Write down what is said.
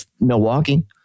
Milwaukee